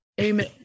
Amen